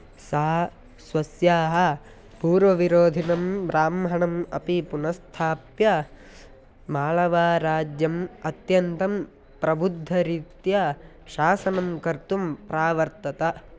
सा स्वस्याः पूर्वविरोधिनं ब्राह्मणम् अपि पुनस्थाप्य माळवाराज्यम् अत्यन्तं प्रबुद्धरीत्या शासनं कर्तुं प्रावर्तत